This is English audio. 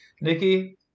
Nikki